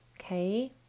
Okay